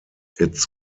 its